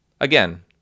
again